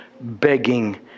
begging